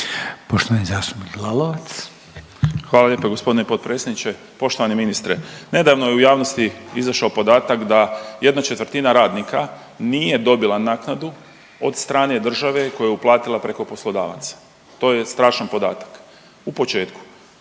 **Lalovac, Boris (SDP)** Hvala lijepo g. potpredsjedniče. Poštovani ministre. Nedavno je u javnosti izašao podatak da ¼ radnika nije dobila naknadu od strane države koja je uplatila preko poslodavaca, to je strašan podatak u početku